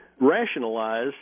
rationalize